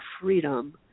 freedom